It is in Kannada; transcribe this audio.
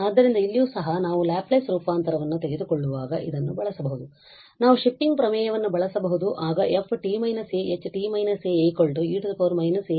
ಆದ್ದರಿಂದ ಇಲ್ಲಿಯೂ ಸಹ ನಾವು ಲ್ಯಾಪ್ಲೇಸ್ ರೂಪಾಂತರವನ್ನು ತೆಗೆದುಕೊಳ್ಳುವಾಗ ಇದನ್ನು ಬಳಸಬಹುದು ನಾವು ಶಿಫ್ಟಿಂಗ್ ಪ್ರಮೇಯ ಅನ್ನು ಬಳಸಬಹುದು ಆಗ ft − aHt − a e −asFಗೆ ಸಮನಾಗಿರುತ್ತದೆ